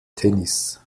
tennis